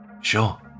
sure